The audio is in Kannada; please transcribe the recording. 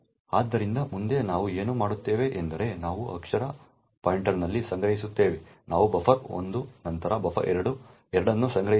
ಆದ್ದರಿಂದ ಮುಂದೆ ನಾವು ಏನು ಮಾಡುತ್ತೇವೆ ಎಂದರೆ ನಾವು ಅಕ್ಷರ ಪಾಯಿಂಟರ್ನಲ್ಲಿ ಸಂಗ್ರಹಿಸುತ್ತೇವೆ ನಾವು ಬಫರ್ 1 ನಂತರ ಬಫರ್ 2 ಎರಡನ್ನೂ ಸಂಗ್ರಹಿಸುತ್ತೇವೆ